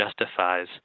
justifies